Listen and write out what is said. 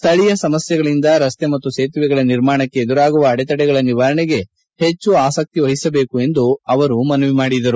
ಸ್ಥಳೀಯ ಸಮಸ್ಥೆಗಳಿಂದ ರಸ್ತೆ ಮತ್ತು ಸೇತುವೆಗಳ ನಿರ್ಮಾಣಕ್ಕೆ ಎದುರಾಗುವ ಅಡೆತಡೆಗಳ ನಿವಾರಣೆಗೆ ಹೆಚ್ಚು ಆಸಕ್ತಿ ವಹಿಸಬೇಕು ಎಂದು ಅವರು ಮನವಿ ಮಾಡಿದರು